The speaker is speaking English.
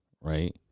Right